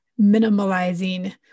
minimalizing